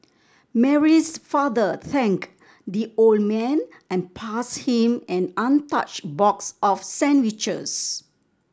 Mary's father thanked the old man and passed him an untouched box of sandwiches